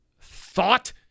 thought